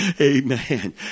Amen